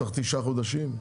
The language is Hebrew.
צריך תשעה חודשים?